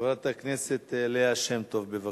חברת הכנסת ליה שמטוב, בבקשה.